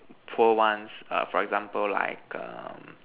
poor ones err for example like um